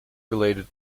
related